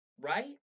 right